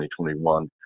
2021